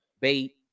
bait